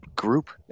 group